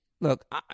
Look